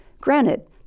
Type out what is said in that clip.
Granted